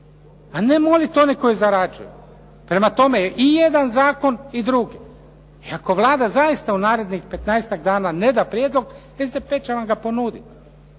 a ne molit one koji zarađuju. Prema tome, i jedan zakon i drugi. I ako Vlada zaista u narednih petnaestak dana ne da prijedlog, SDP će vam ga ponuditi